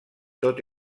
tot